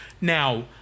Now